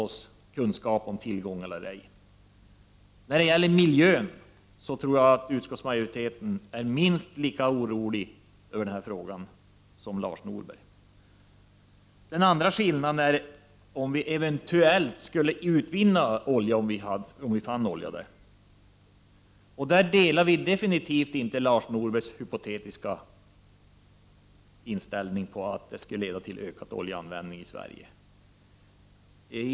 1989/90:27 skaffa oss kunskaper om våra tillgångar eller ej. Jag tror att utskottsmajori 16 november 1989 teten är minst lika orolig som Lars Norberg. ES TSE SVAN äng Den andra skillnaden gäller om vi eventuellt skulle utvinna olja om vi fann olja. Där delar vi inte Lars Norbergs hypotetiska inställning till att det skulle leda till ökad oljeanvändning i Sverige.